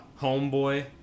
Homeboy